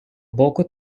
боку